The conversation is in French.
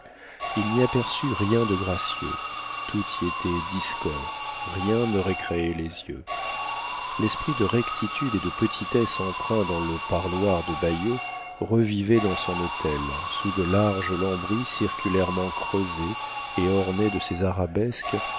il n'y aperçut rien de gracieux tout y était discord rien ne récréait les yeux l'esprit de rectitude et de petitesse empreint dans le parloir de bayeux revivait dans son hôtel sous de larges lambris circulairement creusés et ornés de ces arabesques